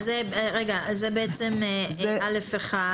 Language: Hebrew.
זה בעצם א(1).